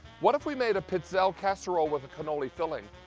what if we made a pizzelle casserole with cannoli filling.